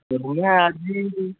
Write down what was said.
ସେଭଳିଆ ଆଜି